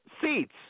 seats